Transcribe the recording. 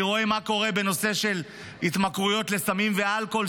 אני רואה מה קורה בנושא של התמכרויות לסמים ואלכוהול,